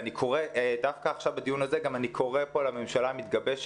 ואני קורא פה לממשלה המתגבשת,